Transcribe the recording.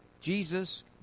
Jesus